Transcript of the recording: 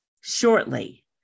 shortly